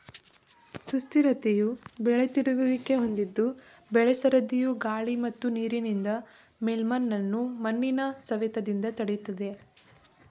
ಸುಸ್ಥಿರತೆಯು ಬೆಳೆ ತಿರುಗುವಿಕೆ ಹೊಂದಿದ್ದು ಬೆಳೆ ಸರದಿಯು ಗಾಳಿ ಮತ್ತು ನೀರಿನಿಂದ ಮೇಲ್ಮಣ್ಣನ್ನು ಮಣ್ಣಿನ ಸವೆತದಿಂದ ತಡಿತದೆ